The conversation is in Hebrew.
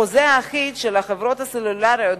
בחוזים האחידים של החברות הסלולריות,